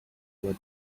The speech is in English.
were